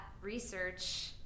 research